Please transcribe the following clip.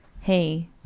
hey